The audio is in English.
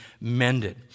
mended